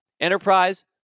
enterprise